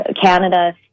Canada